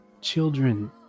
children